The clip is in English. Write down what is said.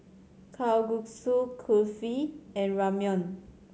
Kalguksu Kulfi and Ramyeon